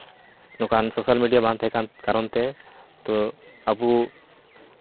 ᱱᱚᱝᱠᱟᱱ social media ᱵᱟᱝ ᱛᱟᱦᱮᱸ ᱠᱟᱱ ᱠᱟᱨᱚᱱ ᱛᱮ ᱛᱚ ᱟᱵᱚ